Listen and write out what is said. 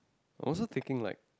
I also taking like